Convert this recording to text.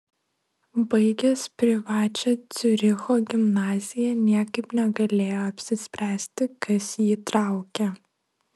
baigęs privačią ciuricho gimnaziją niekaip negalėjo apsispręsti kas jį traukia